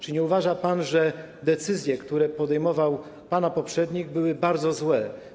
Czy nie uważa pan, że decyzje, które podejmował pana poprzednik, były bardzo złe?